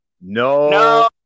No